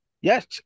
Yes